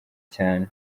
cyane